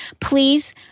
Please